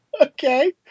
Okay